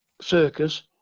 circus